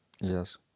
Yes